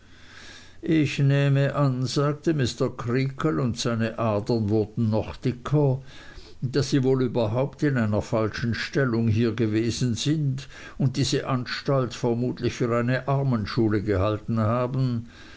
ich nehme an sagte mr creakle und seine adern wurden noch dicker daß sie wohl überhaupt in einer falschen stellung hier gewesen sind und diese anstalt vermutlich für eine armenschule gehalten haben